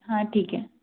हाँ ठीक है